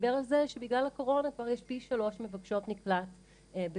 שדיבר על זה שבגלל הקורונה כבר יש פי שלוש מבקשות מקלט בזנות,